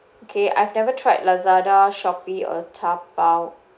okay I've never tried Lazada Shopee or Taobao